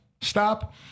stop